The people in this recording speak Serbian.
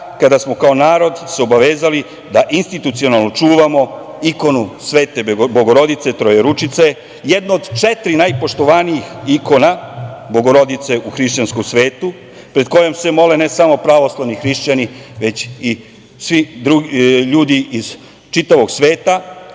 kada smo se kao narod obavezali da institucionalno čuvamo ikonu Svete Bogorodice Trojeručice, jednu od četiri najpoštovanijih ikona Bogorodice u hrišćanskom svetu, pred kojom se mole ne samo pravoslavni hrišćani, već ljudi iz čitavog sveta